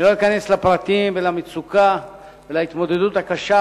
אני לא אכנס לפרטים ולמצוקה ולהתמודדות הקשה